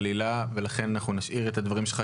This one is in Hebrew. חלילה ולכן אנחנו נשאיר את הדברים שלך,